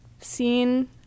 seen